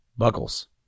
Buckles